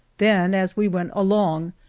then, as we went along,